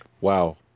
Wow